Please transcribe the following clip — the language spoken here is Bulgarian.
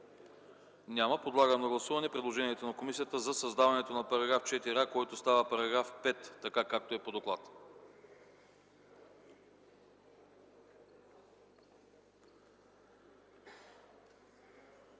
няма. Подлагам на гласуване предложението на комисията за създаването на § 16а, който става § 23, така както е по доклада.